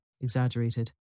exaggerated